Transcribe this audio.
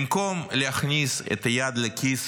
במקום להכניס את היד לכיס